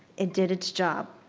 it did its job.